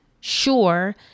sure